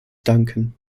danken